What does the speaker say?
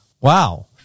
Wow